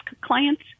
clients